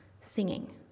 singing